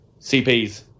CPs